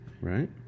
right